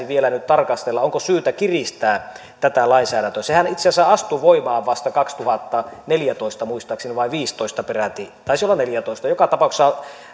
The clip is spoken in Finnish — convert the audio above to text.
vielä nyt tarkastella onko syytä kiristää tätä lainsäädäntöä sehän itse asiassa astui voimaan vasta kaksituhattaneljätoista muistaakseni vai viisitoista peräti taisi olla neljätoista joka tapauksessa